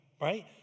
right